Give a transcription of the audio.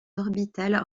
orbitales